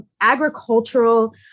agricultural